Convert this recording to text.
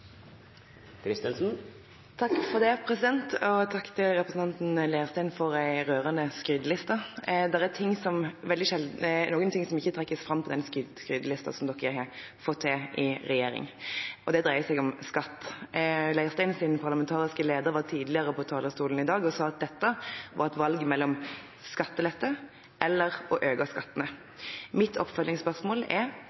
replikkordskifte. Takk til representanten Leirstein for en rørende skryteliste. Det er imidlertid noe som ikke trekkes fram på denne skrytelisten som dere har fått til i regjering, og det dreier seg om skatt. Leirsteins parlamentariske leder var tidligere på talerstolen i dag og sa at dette var et valg mellom skattelette og å øke skattene.